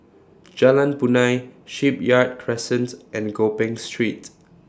Jalan Punai Shipyard Crescent and Gopeng Street